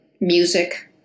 music